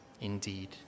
indeed